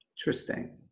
Interesting